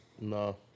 No